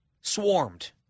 swarmed